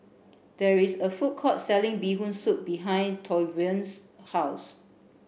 there is a food court selling bee hoon soup behind Tavion's house